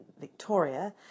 Victoria